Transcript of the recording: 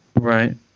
Right